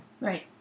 Right